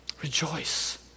rejoice